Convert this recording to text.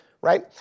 right